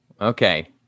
Okay